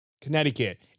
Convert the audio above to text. Connecticut